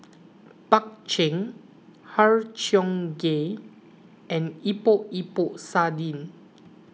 Bak Chang Har Cheong Gai and Epok Epok Sardin